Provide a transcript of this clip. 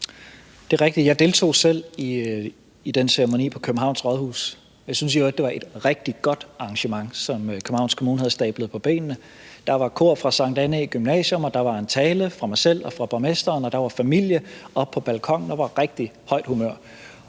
Jeg deltog selv i den ceremoni på Københavns Rådhus, og jeg synes i øvrigt, det var et rigtig godt arrangement, som Københavns Kommune havde stablet på benene. Der var kor fra Sankt Annæ Gymnasium, og der var en tale fra mig selv og borgmesteren, og der var familie oppe på balkonen, og der var rigtig højt humør.